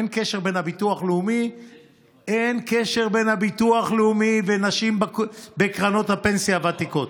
אין קשר בין הביטוח לאומי לנשים בקרנות הפנסיה הוותיקות.